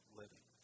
living